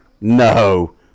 No